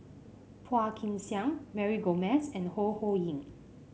Phua Kin Siang Mary Gomes and Ho Ho Ying